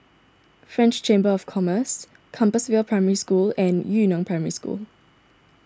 French Chamber of Commerce Compassvale Primary School and Yu Neng Primary School